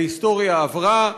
ההיסטוריה עברה,